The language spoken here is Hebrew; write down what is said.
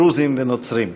דרוזים ונוצרים.